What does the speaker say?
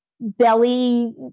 belly